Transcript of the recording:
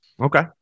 Okay